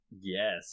Yes